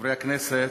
חברי הכנסת,